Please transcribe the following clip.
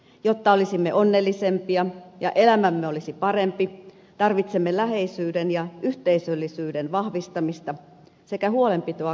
jotta olisimme onnellisempia ja elämämme olisi parempi tarvitsemme läheisyyden ja yhteisöllisyyden vahvistamista sekä huolenpitoa kanssaihmisistä